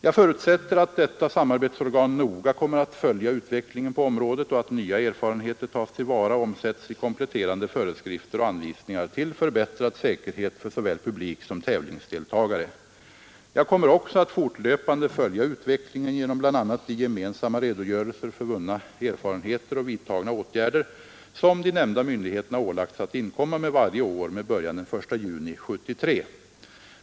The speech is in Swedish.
Jag förutsätter att detta samarbetsorgan noga kommer att följa utvecklingen på området och att nya erfarenheter tas till vara och omsätts i kompletterande föreskrifter och anvisningar till förbättrad säkerhet för såväl publik som tävlingsdeltagare. Jag kommer också att fortlöpande följa utvecklingen genom bl.a. de gemensamma redogörelser för vunna erfarenheter och vidtagna åtgärder som de nämnda myndigheterna ålagts att inkomma med varje år med början den 1 juni 1973.